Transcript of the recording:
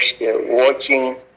watching